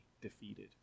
defeated